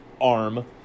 arm